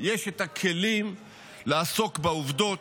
יש את הכלים לעסוק בעובדות,